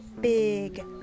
big